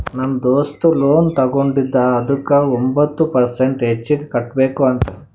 ನಮ್ ದೋಸ್ತ ಲೋನ್ ತಗೊಂಡಿದ ಅದುಕ್ಕ ಒಂಬತ್ ಪರ್ಸೆಂಟ್ ಹೆಚ್ಚಿಗ್ ಕಟ್ಬೇಕ್ ಅಂತ್